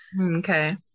okay